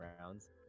rounds